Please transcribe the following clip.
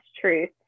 truth